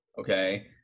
Okay